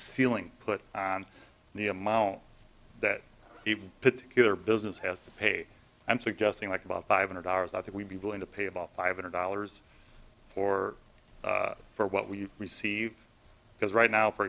ceiling put on the amount that particular business has to pay i'm suggesting like about five hundred hours i think we'd be willing to pay about five hundred dollars for for what we receive because right now for